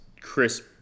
crisp